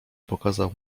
pokazał